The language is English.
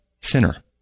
sinner